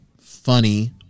funny